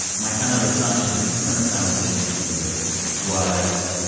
my kind of assumption and the premise i was taking into it was,